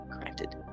granted